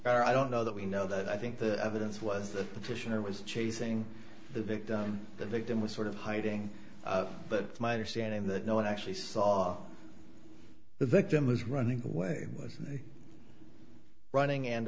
there i don't know that we know that i think the evidence was the petitioner was chasing the victim the victim was sort of hiding but it's my understanding that no one actually saw the victim was running away was running and